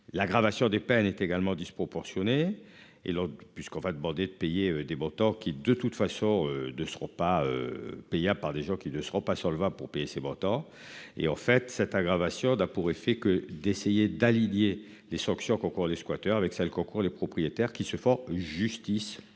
L'aggravation des peines est également disproportionnée et puisqu'on va demander de payer des montants qui de toute façon de seront pas. Payés par des gens qui ne seront pas sur le vin pour payer c'est beau temps et en fait cette aggravation d'a pour effet que d'essayer d'aligner les sanctions qu'encourent les squatteurs avec ça. Le concours, les propriétaires qui se font justice